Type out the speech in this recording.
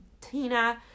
Tina